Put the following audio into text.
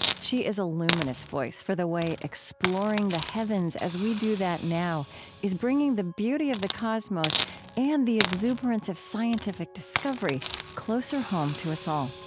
she is a luminous voice for the way exploring the heavens as we do that now is bringing the beauty of the cosmos and the exuberance of scientific discovery closer home to us all